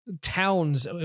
towns